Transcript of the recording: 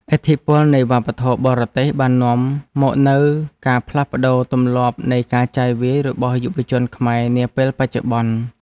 ឥទ្ធិពលនៃវប្បធម៌បរទេសបាននាំមកនូវការផ្លាស់ប្ដូរទម្លាប់នៃការចាយវាយរបស់យុវជនខ្មែរនាពេលបច្ចុប្បន្ន។